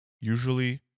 usually